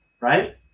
right